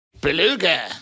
Beluga